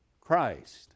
Christ